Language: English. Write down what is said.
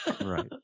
right